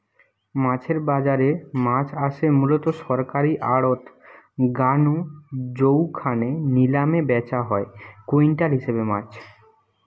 মাছের বাজারে মাছ আসে মুলত সরকারী আড়ত গা নু জউখানে নিলামে ব্যাচা হয় কুইন্টাল হিসাবে মাছ